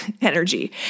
energy